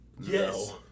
Yes